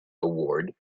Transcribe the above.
award